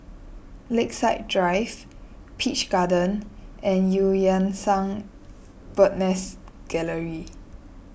Lakeside Drive Peach Garden and Eu Yan Sang Bird's Nest Gallery